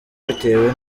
bitewe